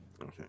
Okay